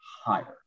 higher